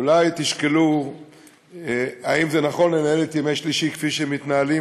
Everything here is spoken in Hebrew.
אולי תשקלו אם זה נכון לנהל את ימי שלישי כפי שהם מתנהלים,